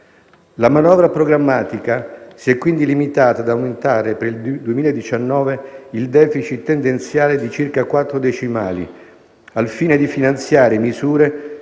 La manovra programmatica si è quindi limitata ad aumentare per il 2019 il *deficit* tendenziale di circa quattro decimali al fine di finanziare misure